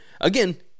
again